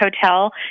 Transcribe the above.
Hotel